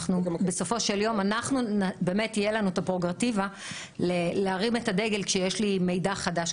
בסופו של יום לנו תהיה הפררוגטיבה להרים את הדגל כשיש לי מידע חדש,